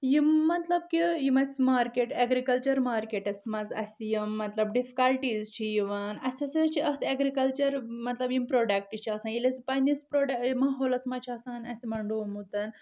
یم مطلب کہِ یم أسۍ مارکیٚٹ ایٚگرِکلچر مارکٹس منٛز اسہِ یم مطلب ڈفکلٹیز چھ یوان اسہِ ہسا چھ اتھ ایٚگرِکلچر مطلب یم پروڈکٹ چھ آسان ییلہِ أسۍ پننس پروڈکٹ ماحولس منٛز چھ آسان اسہِ منڈومُت